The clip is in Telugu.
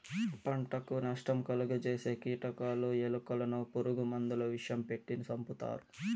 పంటకు నష్టం కలుగ జేసే కీటకాలు, ఎలుకలను పురుగు మందుల విషం పెట్టి సంపుతారు